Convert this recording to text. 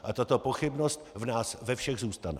A tato pochybnost v nás ve všech zůstane.